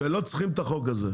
ולא צריכים את החוק הזה.